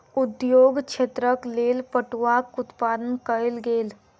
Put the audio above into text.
उद्योग क्षेत्रक लेल पटुआक उत्पादन कयल गेल